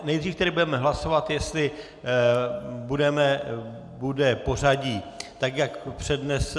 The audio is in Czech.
Nejdřív tedy budeme hlasovat, jestli bude pořadí tak jak přednesl...